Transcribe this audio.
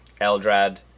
Eldrad